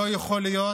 לא יכול להיות